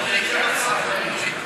שחיפשו להם דיור.